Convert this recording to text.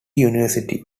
university